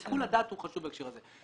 שיקול הדעת בהקשר הזה הוא חשוב.